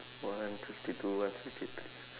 one sixty two and sixty three